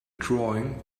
drawing